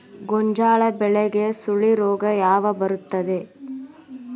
ಗೋಂಜಾಳ ಬೆಳೆಗೆ ಸುಳಿ ರೋಗ ಯಾವಾಗ ಬರುತ್ತದೆ?